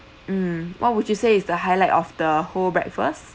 mm what would you say is the highlight of the whole breakfast